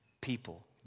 people